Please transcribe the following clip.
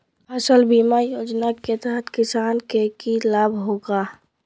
फसल बीमा योजना के तहत किसान के की लाभ होगा?